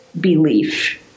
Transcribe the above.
belief